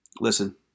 Listen